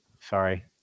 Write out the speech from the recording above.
sorry